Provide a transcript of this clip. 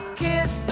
kiss